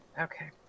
Okay